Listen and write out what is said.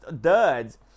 duds